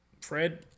Fred